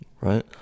Right